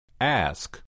Ask